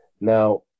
now